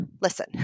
listen